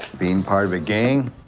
being part of a gang,